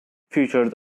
featured